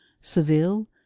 Seville